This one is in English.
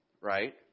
right